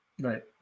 Right